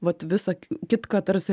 vat visa kitka tarsi